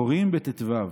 "קוראין בט"ו,